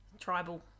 Tribal